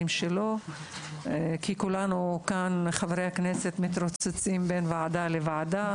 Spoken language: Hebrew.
כל חברי הכנסת מתרוצצים בין ועדה לוועדה.